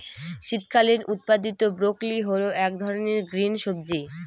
শীতকালীন উৎপাদীত ব্রোকলি হল এক ধরনের গ্রিন সবজি